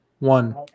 One